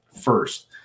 first